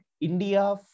India